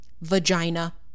vagina